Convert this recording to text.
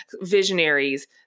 visionaries